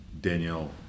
Danielle